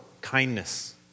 kindness